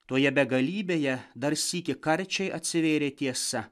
toje begalybėje dar sykį karčiai atsivėrė tiesa